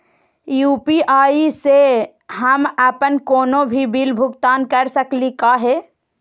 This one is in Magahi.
यू.पी.आई स हम अप्पन कोनो भी बिल भुगतान कर सकली का हे?